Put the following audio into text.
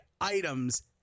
items